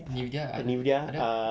NVIDIA ada ada